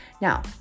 Now